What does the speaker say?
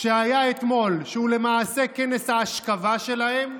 שהיה אתמול, שהוא למעשה כנס האשכבה שלהם,